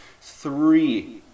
three